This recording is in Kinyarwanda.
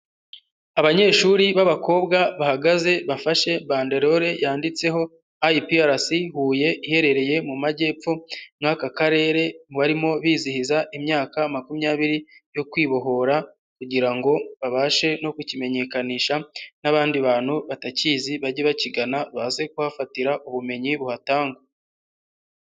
Abanyeshuri b'abakobwa bahagaze bafashe bandelore yanditseho IPRC Huye iherereye mu majyepfo muri aka karere, barimo bizihiza imyaka makumyabiri yo kwibohora kugira ngo babashe no kukimenyekanisha n'abandi bantu batakizi bage bakigana baze kuhafatira ubumenyi buhatangwa.